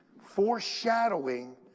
foreshadowing